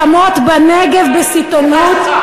על אדמות בנגב בסיטונות,